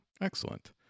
excellent